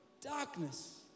Darkness